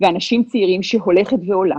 ואנשים צעירים שהולכת ועולה.